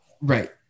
right